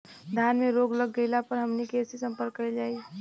धान में रोग लग गईला पर हमनी के से संपर्क कईल जाई?